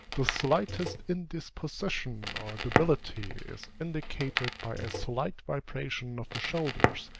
the slightest indisposition or debility is indicated by a slight vibration of the shoulders,